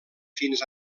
fins